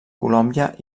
colòmbia